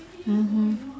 mmhmm